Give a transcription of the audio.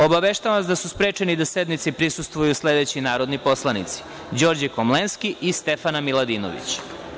Obaveštavam vas da su sprečeni da sednici prisustvuju sledeći narodni poslanici: Đorđe Komlenski i Stefana Miladinović.